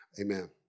Amen